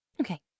Okay